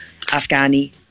Afghani